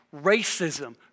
racism